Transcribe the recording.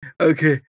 Okay